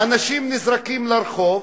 האנשים נזרקים לרחוב,